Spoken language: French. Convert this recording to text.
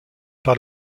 par